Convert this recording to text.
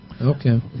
Okay